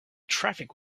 traffic